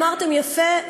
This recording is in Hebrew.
אמרתם יפה,